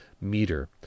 meter